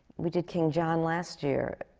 we did king john last year.